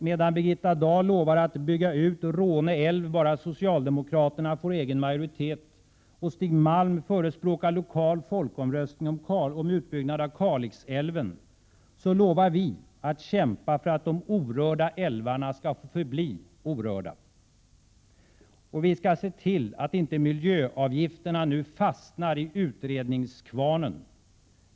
Medan Birgitta Dahl lovar att bygga ut Råneälven bara socialdemokraterna får egen majoritet och Stig Malm förespråkar lokal folkomröstning om utbyggnad av Kalixälven lovar vi att kämpa för att de orörda älvarna skall få förbli orörda. Och vi skall se till att inte miljöavgifterna nu fastnar i utredningskvarnen.